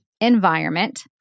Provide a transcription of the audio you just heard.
environment